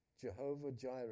Jehovah-Jireh